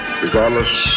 regardless